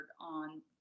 on